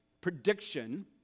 prediction